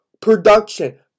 production